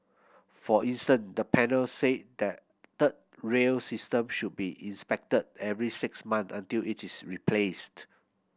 for instance the panel said the third rail system should be inspected every six month until it is replaced